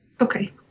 Okay